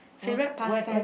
favorite pastime